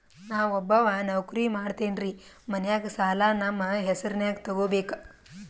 ನಾ ಒಬ್ಬವ ನೌಕ್ರಿ ಮಾಡತೆನ್ರಿ ಮನ್ಯಗ ಸಾಲಾ ನಮ್ ಹೆಸ್ರನ್ಯಾಗ ತೊಗೊಬೇಕ?